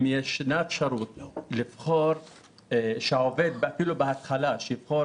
אם יש אפשרות שהעובד, אפילו בהתחלה, יבחר